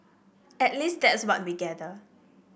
at least that's what we gather